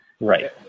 right